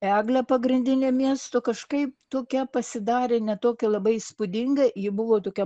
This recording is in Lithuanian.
eglę pagrindinė miesto kažkaip tokia pasidarė ne tokia labai įspūdinga ji buvo tokia